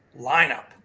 Lineup